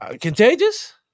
Contagious